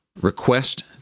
request